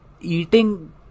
Eating